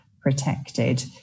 protected